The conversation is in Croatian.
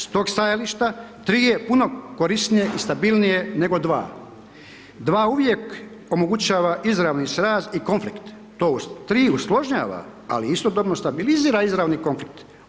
S toga stajališta 3 je puno korisnije i stabilnije, nego 2. Dva uvijek omogućava izravni sraz i konflikt, tri usložnjava, ali istodobno stabilizira izravni konflikt.